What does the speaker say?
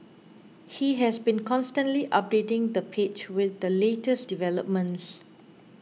he has been constantly updating the page with the latest developments